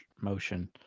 motion